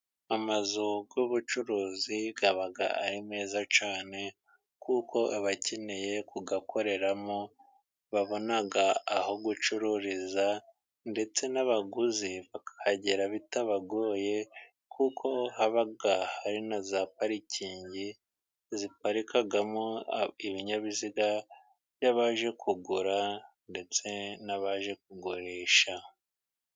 Amazu y'ubucuruzi aba ari meza cyane, kuko abakeneye kugakoreramo babona aho gucururiza, ndetse n'abaguzi bakahagera bitabagoye, kuko haba hari na za parikingi ziparikamo ibinyabiziga by'abaje kugura, ndetse n'abaje kugurisha.